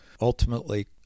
ultimately